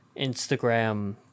Instagram